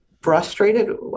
frustrated